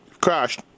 crashed